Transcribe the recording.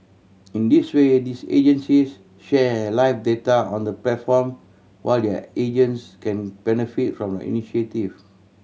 in this way these agencies share live data on the platform while their agents can benefit from the initiative